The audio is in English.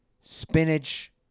Spinach